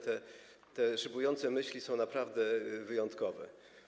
Te szybujące myśli są naprawdę wyjątkowe.